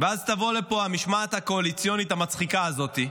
ואז תבוא לפה המשמעת הקואליציונית המצחיקה הזאת,